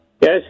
Yes